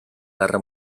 guerra